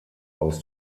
aus